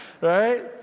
Right